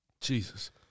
Jesus